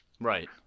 Right